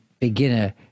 beginner